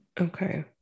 Okay